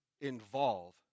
involve